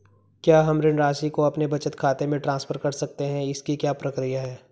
क्या हम ऋण राशि को अपने बचत खाते में ट्रांसफर कर सकते हैं इसकी क्या प्रक्रिया है?